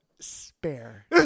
spare